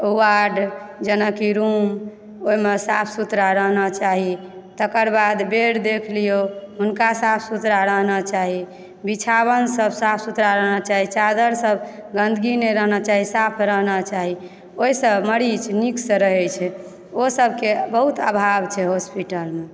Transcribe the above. ward जेनाकि room ओहिमे साफ सुथरा रहना चाही तकर बाद बेड देख लिअहुँ हुनका साफ सुथरा रहना चाही बिछाओनसभ साफ सुथरा रहना चाही चादरसभ गन्दगी नहि रहना चाही साफ रहना चाही ओहिसँ मरीज नीकसँ रहैत छै ओ सभकेँ बहुत आभाव छै हॉस्पिटलमे